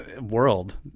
world